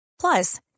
Plus